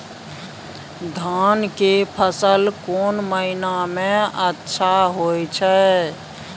धान के फसल कोन महिना में अच्छा होय छै?